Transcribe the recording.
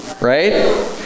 Right